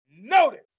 notice